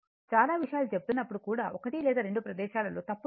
చాలా విషయాలు చెబుతున్నప్పుడు కూడా 1 లేదా 2 ప్రదేశాలలో తప్పులు ఉన్నాయి